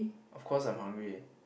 of course I'm hungry